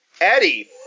eddie